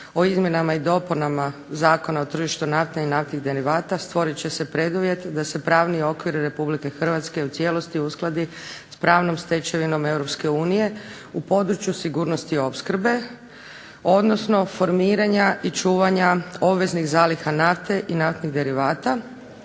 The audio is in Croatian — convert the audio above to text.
o izmjenama i dopunama Zakona o tržištu nafte i naftnih derivata stvorit će se preduvjet da se pravni okvir Republike Hrvatske u cijelosti uskladi s pravnom stečevinom Europske unije u području sigurnosti opskrbe, odnosno formiranja i čuvanja obveznih zaliha nafte i naftnih derivata,